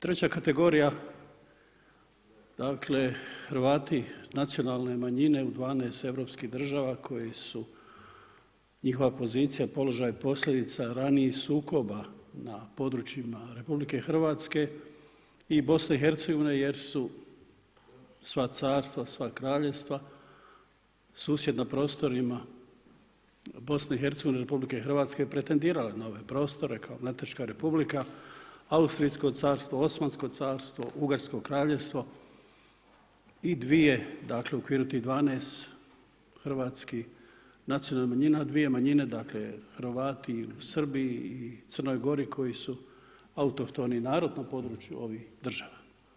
Treća kategorija, dakle Hrvati, nacionalne manjine u 12 europskih država koji su, njihova pozicija, položaj posljedica je ranijih sukoba na područjima RH i BiH-a jer su sva carstva, sva kraljevstva susjedna prostorima BiH-a i RH pretendirala nove prostore kao Mletačka Republika, Austrijsko carstvo, Osmansko carstvo, Ugarsko Kraljevstvo i dvije dakle, u okviru tih 12 hrvatskih nacionalnih manjina, dvije manjine dakle Hrvati u Srbiji i Crnoj Gori koji su autohtoni narod na području ovih država.